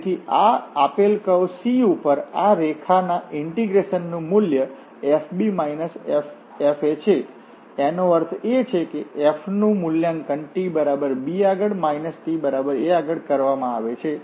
તેથી આ આપેલ કર્વ C ઉપર આ રેખાના ઇન્ટીગ્રેશન નું મૂલ્ય fb f છે એનો અર્થ એ છે કે f નું મૂલ્યાંકન t બરાબર b આગળ માઇનસ t બરાબર a આગળ કરવામાં આવે છે